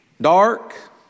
dark